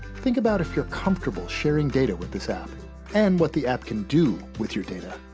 think about if you're comfortable sharing data with this app and what the app can do with your data.